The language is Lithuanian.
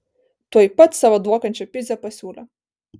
tuoj pat savo dvokiančią pizę pasiūlė